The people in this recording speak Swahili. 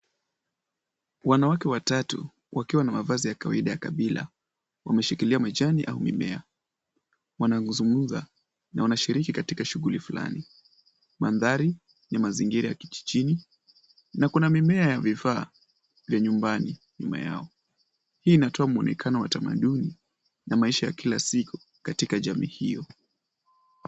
Wanawake watatu wakiwa na mavazi ya kawaida ya kabila. Wameshikilia majani au mimea. Wanazungumza na wanashiriki katika shughuli fulani. Mandhari ni mazingira ya kijijini na kuna mimea au vifaa vya nyumbani nyuma yao. Hii inatoa mwonekano wa tamaduni na maisha ya kila siku katika jamii hiyo.